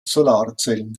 solarzellen